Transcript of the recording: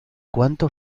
cuanto